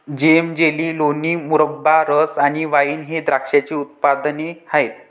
जेम, jelly, लोणी, मुरब्बा, रस आणि वाइन हे द्राक्षाचे उत्पादने आहेत